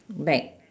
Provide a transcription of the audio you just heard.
back